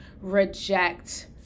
reject